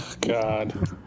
God